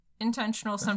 intentional